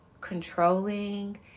controlling